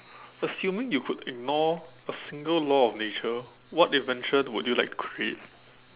assuming you could ignore a single law of nature what invention would you like to create